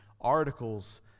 articles